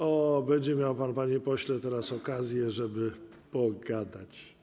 O, będzie miał pan, panie pośle, teraz okazję, żeby pogadać.